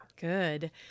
Good